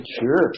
Sure